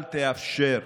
אל תאפשר.